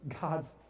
god's